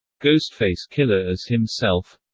ghostface killah as himself